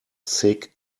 sick